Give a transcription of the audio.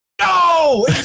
No